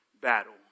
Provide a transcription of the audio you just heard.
battle